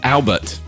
Albert